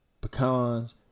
pecans